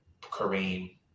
Kareem